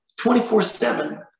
24-7